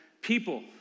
people